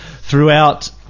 throughout